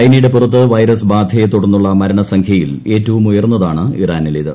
ചൈനയുടെ പുറത്ത് വൈറസ് ബാൻറ്റെ തുടർന്നുള്ള മരണസംഖ്യയിൽ ഏറ്റവും ഉയർന്നതാണ് ഇട്ട്രനീലേത്